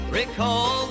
recall